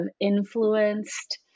influenced